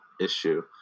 issue